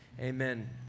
Amen